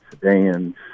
sedans